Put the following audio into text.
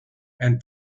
and